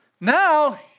Now